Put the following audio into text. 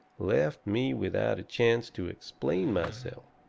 left me without a chance to explain myself.